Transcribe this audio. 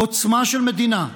עוצמה של מדינה,